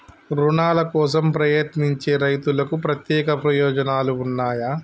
రుణాల కోసం ప్రయత్నించే రైతులకు ప్రత్యేక ప్రయోజనాలు ఉన్నయా?